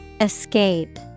escape